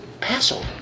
Passover